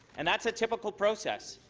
and that's a typical process.